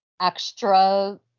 extra